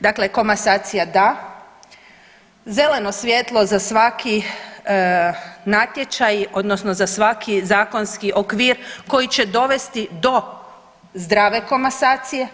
Dakle, komasacija da, zeleno svjetlo za svaki natječaj odnosno za svaki zakonski okvir koji će dovesti do zdrave komasacije.